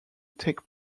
take